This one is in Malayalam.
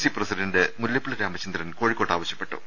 സി പ്രസിഡന്റ് മുല്ലപ്പള്ളി രാമചന്ദ്രൻ കോഴിക്കോട്ട് ആവശൃപ്പെട്ടു